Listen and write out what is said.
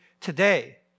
today